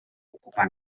ocupar